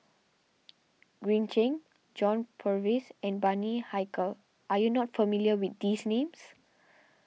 Green Zeng John Purvis and Bani Haykal are you not familiar with these names